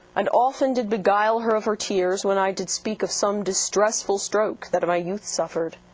and often did beguile her of her tears, when i did speak of some distressful stroke that my youth suffered.